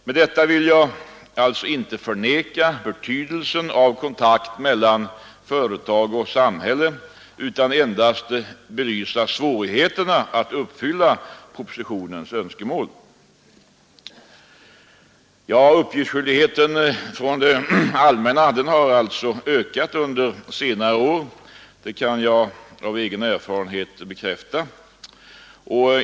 Med detta vill jag alltså inte förneka betydelsen av kontakt mellan företag och samhälle utan endast belysa svårigheterna att uppfylla propositionens önskemål. Att uppgiftsskyldigheten har ökat under senare år kan jag bekräfta av egen erfarenhet.